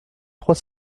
trois